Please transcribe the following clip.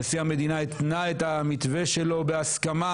נשיא המדינה התנה את המתווה שלו בהסכמה